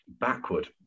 backward